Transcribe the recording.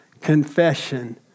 confession